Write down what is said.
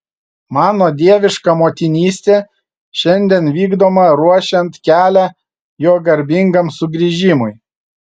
mano dieviška motinystė šiandien vykdoma ruošiant kelią jo garbingam sugrįžimui